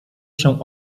się